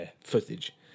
footage